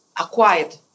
acquired